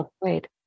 Wait